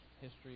history